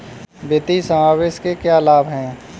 वित्तीय समावेशन के क्या लाभ हैं?